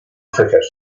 cricket